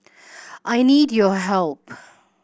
I need your help